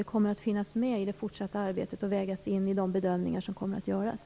Det kommer att finnas med i det fortsatta arbetet och vägas in i de bedömningar som kommer att göras.